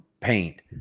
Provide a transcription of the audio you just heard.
paint